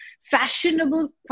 fashionable